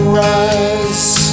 rise